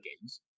games